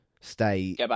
stay